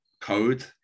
code